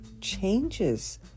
changes